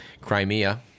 Crimea—